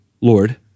Lord